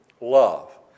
love